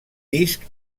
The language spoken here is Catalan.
disc